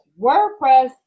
WordPress